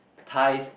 ties